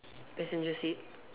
passenger seat